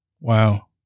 Wow